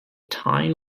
tyne